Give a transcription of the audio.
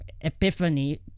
epiphany